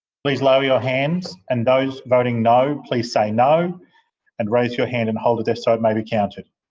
please lower your hands. and those voting no, please say no and raise your hand and hold it there so it may be counted.